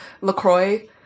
Lacroix